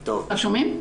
שומעים?